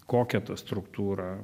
kokia ta struktūra